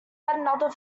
another